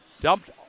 Dumped